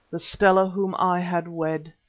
the stella whom i had wed!